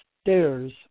stairs